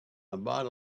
about